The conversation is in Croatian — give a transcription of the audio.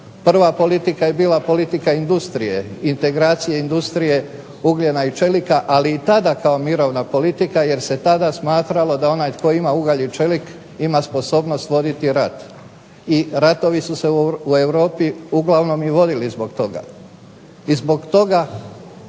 Prva politika je bila politika industrije, integracije industrije ugljena i čelika ali i tada kao mirovna politika jer se tada smatralo da onaj tko ima ugalj i čelik ima sposobnost voditi rat i ratovi su se u Europi uglavnom i vodili zbog toga. I zbog toga